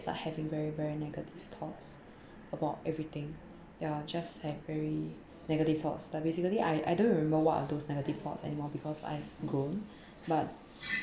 having very very negative thoughts about everything ya just have very negative thoughts but basically I I don't remember what are those negative thoughts anymore because I've grown but